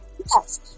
Yes